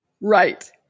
Right